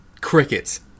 crickets